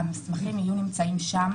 המסמכים יהיו שם.